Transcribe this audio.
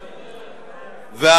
מוותר.